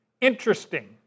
Interesting